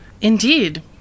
Indeed